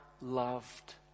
loved